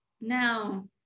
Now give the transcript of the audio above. now